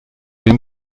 dem